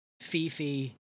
Fifi